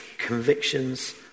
convictions